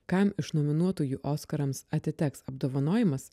kam iš nominuotųjų oskarams atiteks apdovanojimas